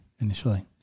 initially